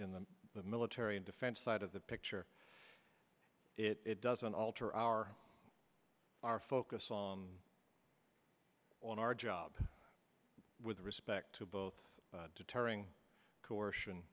in the military and defense side of the picture it doesn't alter our our focus on on our job with respect to both deterring coercion